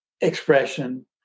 expression